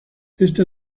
esta